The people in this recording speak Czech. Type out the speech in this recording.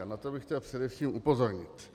A na to bych chtěl především upozornit.